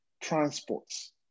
transports